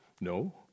No